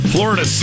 Florida